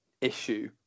issue